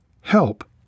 help